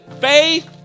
faith